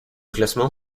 classement